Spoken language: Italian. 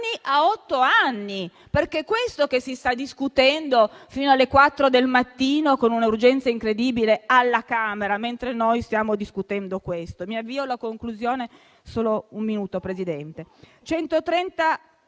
a otto anni, perché è quanto si sta discutendo fino alle 4 del mattino, con un'urgenza incredibile, alla Camera, mentre noi stiamo discutendo questo. Mi avvio alla conclusione, Presidente: 130